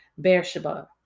Beersheba